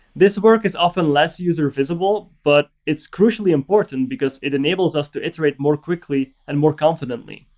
this work is often less user visible, but it's crucially important, because it enables us to iterate more quickly and more confidently.